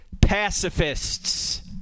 pacifists